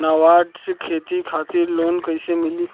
नाबार्ड से खेती खातिर लोन कइसे मिली?